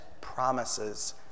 promises